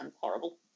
horrible